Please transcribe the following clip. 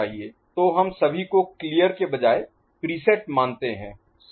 तो हम सभी को क्लियर के बजाय प्रीसेट मानते है